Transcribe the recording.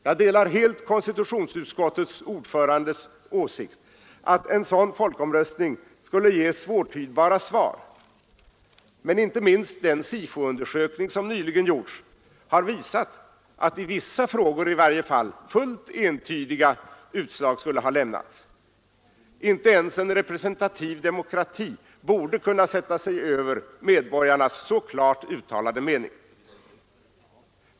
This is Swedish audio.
Jag delar helt konstitutionsutskottets ordförandes åsikt att en sådan folkomröstning skulle ge svårtydbara svar, men inte minst den SIFO-undersökning som nyligen gjorts har visat att i varje fall i vissa frågor fullt entydiga utslag skulle ha lämnats. Inte ens en representativ demokrati borde kunna sätta sig över medborgarnas så klart uttalade mening.